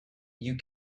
you